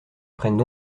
prennent